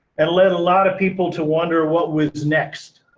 and led a lot of people to wonder what was next.